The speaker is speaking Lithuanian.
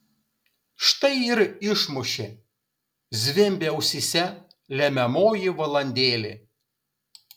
štai ir išmušė zvimbia ausyse lemiamoji valandėlė